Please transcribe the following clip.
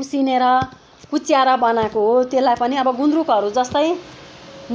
उसिनेर कुच्याएर बनाएको हो त्यसलाई पनि अब गुन्द्रुकहरू जस्तै